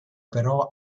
però